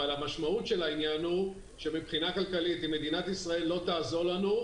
אבל המשמעות של העניין היא שמבחינה כלכלית אם מדינת ישראל לא תעזור לנו,